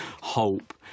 hope